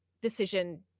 decision